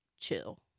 chill